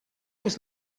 was